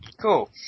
Cool